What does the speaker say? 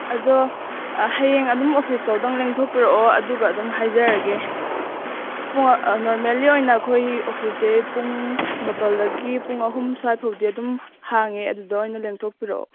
ꯑꯗꯣ ꯍꯌꯦꯡ ꯑꯗꯨꯝ ꯑꯣꯐꯤꯁ ꯐꯥꯎꯗꯪ ꯂꯦꯡꯊꯣꯛꯄꯤꯔꯛꯑꯣ ꯑꯗꯨꯒ ꯑꯗꯨꯝ ꯍꯥꯏꯖꯔꯒꯦ ꯅꯣꯔꯃꯦꯜꯂꯤ ꯑꯣꯏꯅ ꯑꯩꯈꯣꯏꯒꯤ ꯑꯣꯐꯤꯁꯁꯦ ꯄꯨꯡ ꯃꯥꯄꯜꯗꯒꯤ ꯄꯨꯡ ꯑꯍꯨꯝ ꯁ꯭ꯋꯥꯏ ꯐꯥꯎꯕꯗꯤ ꯑꯗꯨꯝ ꯍꯥꯡꯏ ꯑꯗꯨꯗ ꯑꯣꯏꯅ ꯂꯦꯡꯊꯣꯛꯄꯤꯔꯛꯑꯣ